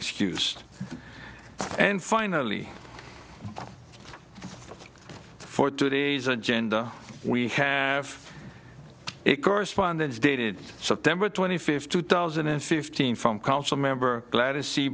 excuse and finally for today's agenda we have it correspondence dated september twenty fifth two thousand and fifteen from council member glad to see